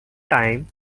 time